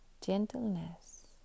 gentleness